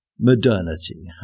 modernity